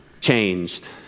changed